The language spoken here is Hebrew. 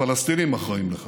הפלסטינים אחראים לכך.